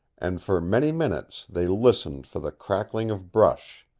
and for many minutes they listened for the crackling of brush.